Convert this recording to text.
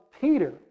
Peter